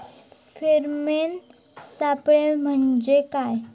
Pheromone सापळे म्हंजे काय?